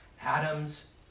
Adam's